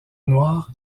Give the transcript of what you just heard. noir